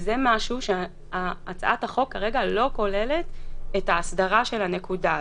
זה משהו שהצעת החוק כרגע לא כוללת את ההסדרה של הנקודה הזאת.